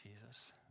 Jesus